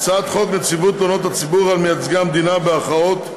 הצעת חוק נציבות תלונות הציבור על מייצגי המדינה בערכאות,